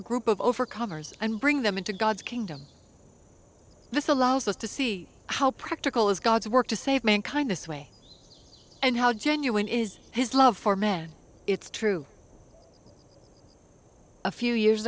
a group of overcomers and bring them into god's kingdom this allows us to see how practical is god's work to save mankind this way and how genuine is his love for men it's true a few years